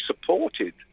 supported